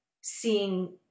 seeing